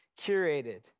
curated